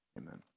amen